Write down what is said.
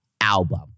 Album